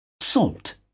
salt